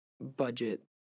budget